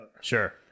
Sure